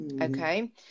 Okay